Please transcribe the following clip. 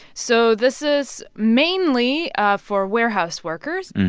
so this is mainly ah for warehouse workers,